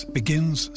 begins